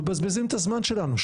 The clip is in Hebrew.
אנחנו מבזבזים את הזמן שלנו,